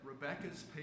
Rebecca's